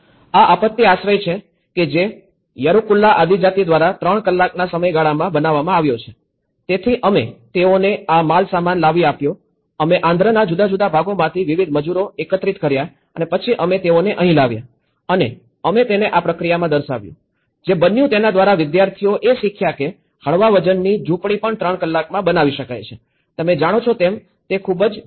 આ આપત્તિ આશ્રય છે કે જે યેરુકુલા આદિજાતિ દ્વારા ૩ કલાકના સમયગાળામાં બનાવવામાં આવ્યો છે તેથી અમે તેઓને આ માલસામાન લાવી આપ્યો અમે આંધ્રના જુદા જુદા ભાગોમાંથી વિવિધ મજૂરો એકત્રિત કર્યા અને પછી અમે તેઓને અહીં લાવ્યા અને અમે તેને આ પ્રક્રિયામાં દર્શાવ્યું જે બન્યું તેના દ્વારા વિદ્યાર્થીઓ એ શીખ્યા કે હળવા વજનની ઝૂંપડી પણ ૩ કલાકમાં બનાવી શકાય છે તમે જાણો છો તેમ તે ખૂબ જ ઝડપી છે